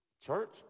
Church